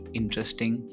interesting